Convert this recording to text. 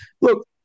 look